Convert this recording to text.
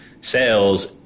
sales